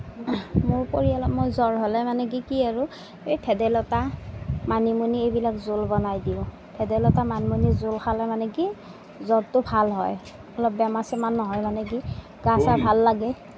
মোৰ পৰিয়ালত মই জ্বৰ হ'লে মানে কি কি আৰু এই ভেলাইলতা মানিমুনি এইবিলাক জুল বনাই দিওঁ ভেদাইলতা মানিমুনিৰ জোল খালে মানে কি জ্বৰটো ভাল হয় অলপ বেমাৰ চেমাৰ নহয় মানে কি গা চা ভাল লাগে